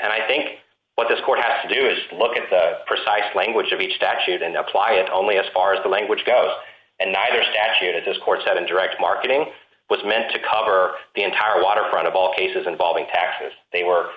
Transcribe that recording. and i think what this court has to do is look at the precise language of each statute and apply it only as far as the language goes and neither statute of those courts have a direct marketing was meant to cover the entire waterfront of all cases involving taxes they were